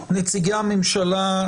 נציגות הממשלה,